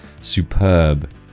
Superb